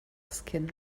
skin